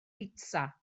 pitsa